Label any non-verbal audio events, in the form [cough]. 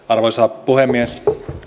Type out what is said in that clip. [unintelligible] arvoisa puhemies